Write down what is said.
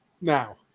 Now